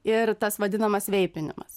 ir tas vadinamas veipinimas